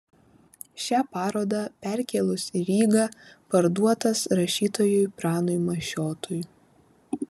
šią parodą perkėlus į rygą parduotas rašytojui pranui mašiotui